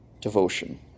Devotion